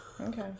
okay